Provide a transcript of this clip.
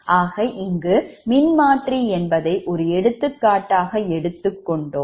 ஆக இங்கு மின்மாற்றி என்பதை ஒரு எடுத்துக்காட்டாக எடுத்துள்ளோம்